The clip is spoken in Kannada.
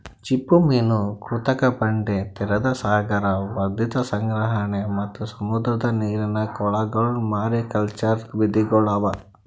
ಚಿಪ್ಪುಮೀನು, ಕೃತಕ ಬಂಡೆ, ತೆರೆದ ಸಾಗರ, ವರ್ಧಿತ ಸಂಗ್ರಹಣೆ ಮತ್ತ್ ಸಮುದ್ರದ ನೀರಿನ ಕೊಳಗೊಳ್ ಮಾರಿಕಲ್ಚರ್ ವಿಧಿಗೊಳ್ ಅವಾ